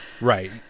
Right